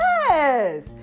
Yes